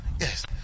Yes